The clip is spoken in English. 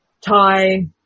Thai